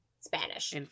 Spanish